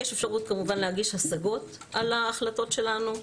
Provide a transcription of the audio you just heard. יש אפשרות כמובן להגיש השגות על ההחלטות שלנו,